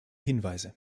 hinweise